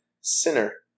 Sinner